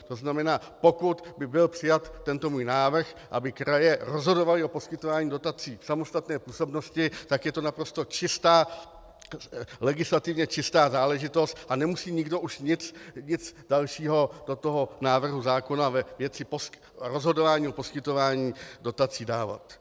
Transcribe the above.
To znamená, pokud by byl přijat tento můj návrh, aby kraje rozhodovaly o poskytování dotací v samostatné působnosti, tak je to naprosto legislativně čistá záležitost a nemusí nikdo nic dalšího do toho návrhu zákona ve věci rozhodování o poskytování dotací dávat.